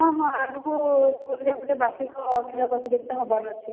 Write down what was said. ହଁ ହଁ ଆଗକୁ ସ୍କୁଲରେ ଗୋଟେ ବାର୍ଷିକ ଖେଳ ପ୍ରତିଯୋଗିତା ହେବାର ଅଛି